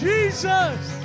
Jesus